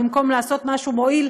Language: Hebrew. במקום לעשות משהו מועיל,